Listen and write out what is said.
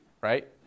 Right